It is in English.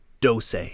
Dose